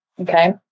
Okay